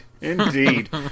Indeed